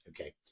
okay